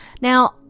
Now